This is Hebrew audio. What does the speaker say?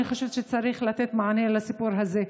אני חושבת שצריך לתת מענה לסיפור הזה.